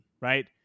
right